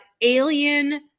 alien